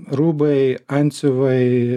rūbai antsiuvai